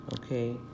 Okay